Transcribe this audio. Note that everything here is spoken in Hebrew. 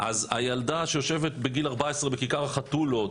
אז הילדה שיושבת בגיל 14 בכיכר החתולות,